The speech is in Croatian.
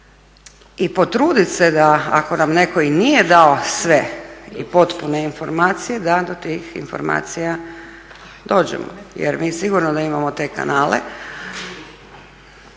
i potrudit se da ako nam netko i nije dao sve i potpune informacije da do tih informacija dođemo. Jer mi sigurno da imamo te kanale.